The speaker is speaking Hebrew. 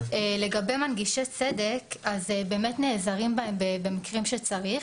לגבי מנגישי צדק, באמת נעזרים בהם במקרים שצריך.